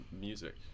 music